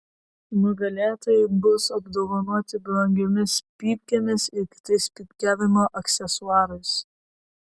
nugalėtojai bus apdovanoti brangiomis pypkėmis ir kitais pypkiavimo aksesuarais